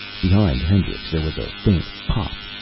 behind hendricks there was a faint pop.